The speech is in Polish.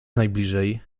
najbliżej